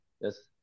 yes